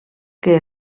que